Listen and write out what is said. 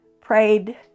prayed